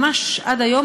ממש עד היום,